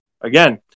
Again